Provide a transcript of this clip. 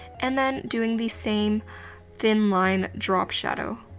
and then doing the same thin line drop shadow.